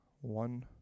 One